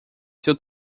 seu